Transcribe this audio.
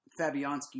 Fabianski